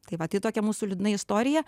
tai va tai tokia mūsų liūdna istorija